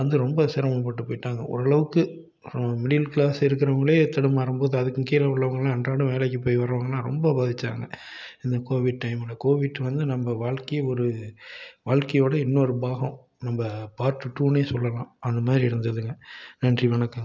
வந்து ரொம்ப சிரமப்பட்டு போயிட்டாங்க ஓரளவுக்கு நம்ம மிடில் கிளாஸ் இருக்கிறவங்களே தடுமாரும் போது அதுக்கு கீழே உள்ளவங்களாம் அன்றாட வேலைக்கு போய் வரவங்களாம் ரொம்ப பாதிச்சாங்க அந்த கோவிட் டைமில் கோவிட் வந்து நம்ம வாழ்க்கையை ஒரு வாழ்க்கையோடய இன்னொரு பாகம் நம்ம பார்ட்டு டூனே சொல்லலாம் அந்த மாதிரி இருந்ததுங்க நன்றி வணக்கம்ங்க